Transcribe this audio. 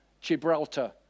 Gibraltar